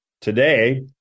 Today